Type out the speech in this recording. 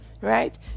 right